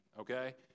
Okay